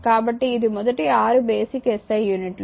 కాబట్టి ఇది మొదటి 6 బేసిక్ SI యూనిట్లు